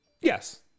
yes